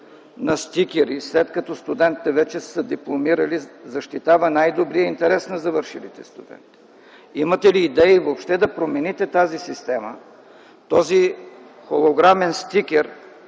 на стикери, след като студентите вече са се дипломирали, защитава най-добрия интерес на завършилите студенти? Имате ли идеи въобще да промените тази система? Този холограмен стикер